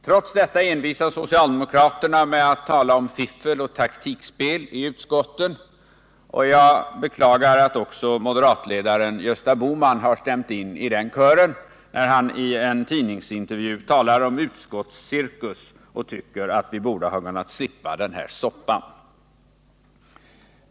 Trots detta envisas socialdemokraterna med att tala om fiffel och taktikspel i utskotten, och jag beklagar att också moderatledaren Gösta Bohman har stämt in i kören när han talar om utskottscirkus och tycker att vi hade kunnat slippa den här ”soppan”.